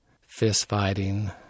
fist-fighting